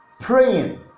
praying